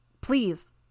please